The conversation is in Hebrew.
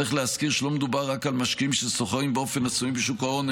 צריך להזכיר שלא מדובר רק על משקיעים שסוחרים באופן עצמאי בשוק ההון,